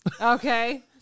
Okay